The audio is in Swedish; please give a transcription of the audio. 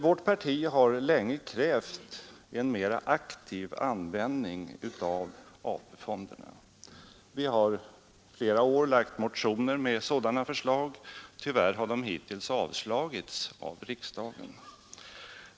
Vårt parti har länge krävt en mera aktiv användning av AP-fonderna. Vi har flera år väckt motioner med sådana förslag. Tyvärr har de hittills avslagits av riksdagen.